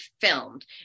filmed